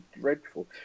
dreadful